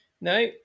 No